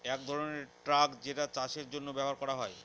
এক ধরনের ট্রাক যেটা চাষের জন্য ব্যবহার করা হয়